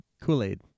Kool-Aid